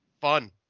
fun